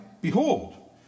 Behold